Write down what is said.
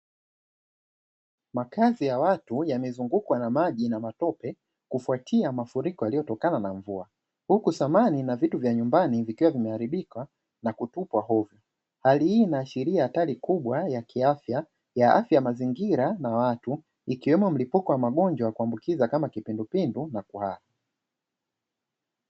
Makazi ya watu yamezungukwa na maji na matope kufuatia mafuriko yaliyotokana na mvua huku samani na vitu vya nyumbani vikiwa vimeharibika na kutupwa hoviyo hali hii inaashiria hatari kubwa ya kiafya ya afya mazingira na watu ikiwemo mlipuko wa magonjwa kuambukiza kama kipindupindu na kuhara.